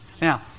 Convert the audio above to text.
Now